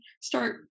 start